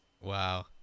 Wow